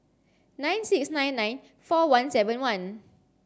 nine six nine nine four one seven one